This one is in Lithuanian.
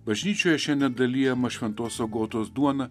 bažnyčioje šiandien dalijama šventos agotos duon